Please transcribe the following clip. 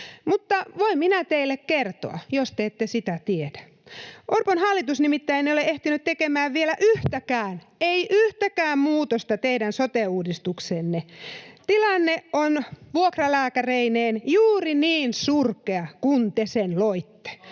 Mutta voin minä teille kertoa, jos te ette sitä tiedä. Orpon hallitus nimittäin ei ole ehtinyt tekemään vielä yhtäkään, ei yhtäkään, muutosta teidän sote-uudistukseenne. Tilanne on vuokralääkäreineen juuri niin surkea kuin millaiseksi te